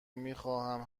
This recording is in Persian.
میخواهم